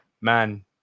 man